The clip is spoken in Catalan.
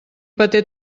paté